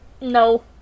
No